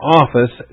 office